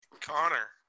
Connor